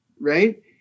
right